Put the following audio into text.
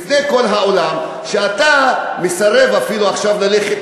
לפני כל העולם, כשאתה מסרב אפילו עכשיו ללכת